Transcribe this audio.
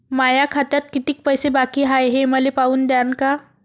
माया खात्यात कितीक पैसे बाकी हाय हे पाहून द्यान का?